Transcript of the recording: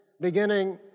beginning